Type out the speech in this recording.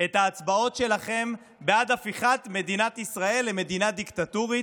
את ההצבעות שלכם בעד הפיכת מדינת ישראל למדינה דיקטטורית.